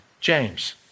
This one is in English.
James